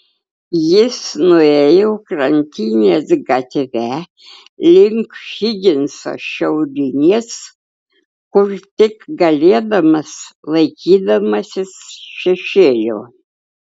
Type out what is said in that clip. jis nuėjo krantinės gatve link higinso šiaurinės kur tik galėdamas laikydamasis šešėlio